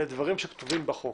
אלה דברים שכתובים בחוק.